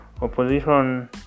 opposition